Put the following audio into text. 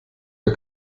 wir